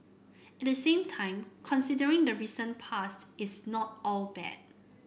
at the same time considering the recent past it's not all bad